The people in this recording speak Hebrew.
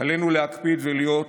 עלינו להקפיד ולהיות